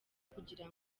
kugira